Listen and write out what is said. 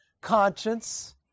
conscience